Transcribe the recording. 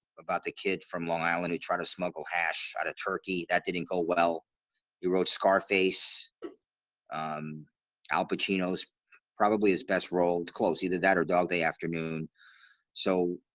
about the kid from long island who tried to smuggle hash out of turkey, that didn't go well he wrote scarface um al pacino's probably his best role. it's close. either that or dog day afternoon so,